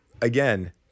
again